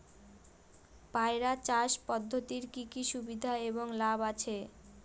পয়রা চাষ পদ্ধতির কি কি সুবিধা এবং লাভ আছে?